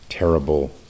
Terrible